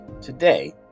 today